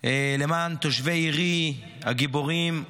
למען תושבי עירי הגיבורים,